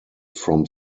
from